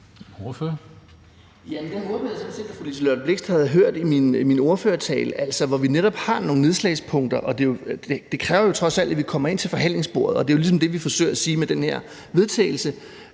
sådan set, at fru Liselott Blixt havde hørt i min ordførertale, at vi netop har nogle nedslagspunkter. Det kræver jo trods alt, at vi kommer ind til forhandlingsbordet, og det er ligesom det, vi forsøger at sige med det her forslag